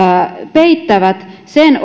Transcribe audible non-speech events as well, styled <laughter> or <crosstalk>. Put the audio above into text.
peittävät sen <unintelligible>